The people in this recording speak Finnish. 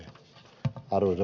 arvoisa puhemies